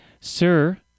Sir